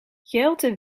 jelte